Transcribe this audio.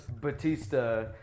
Batista